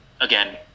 again